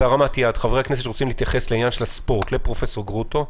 האם יש חברי כנסת שרוצים להתייחס לעניין הספורט בשאלות לפרופ' גרוטו?